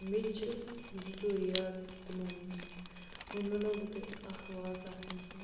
مےٚ تہِ چھِ زٕ ژور یاد تِمو منٛز وۄنۍ وَنو بہٕ تۄہہِ اَکھ واقع تٔمۍ سُنٛد